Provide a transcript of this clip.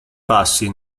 passi